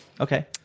Okay